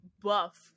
buff